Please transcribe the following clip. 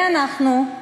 ואנחנו,